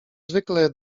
zwykle